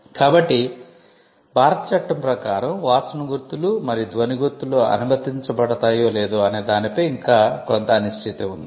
కాబట్టి భారత చట్టం ప్రకారం వాసన గుర్తులు మరియు ధ్వని గుర్తులు అనుమతించబడతాయో లేదో అనే దానిపై ఇంకా కొంత అనిశ్చితి ఉంది